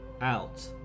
out